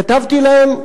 כתבתי להם: